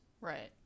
Right